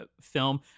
film